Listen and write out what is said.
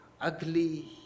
ugly